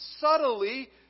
subtly